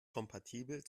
kompatibel